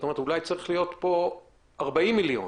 אולי צריך להיות פה 40 מיליון,